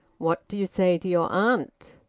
what do you say to your aunt?